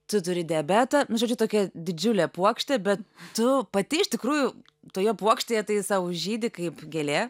tu turi diabetą nu žodžiu tokia didžiulė puokštė bet tu pati iš tikrųjų toje puokštėje tai sau žydi kaip gėlė